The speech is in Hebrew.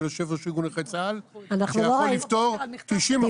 יושב ראש ארגון נכי צה"ל שיכול לפתור 90% מכל העניין?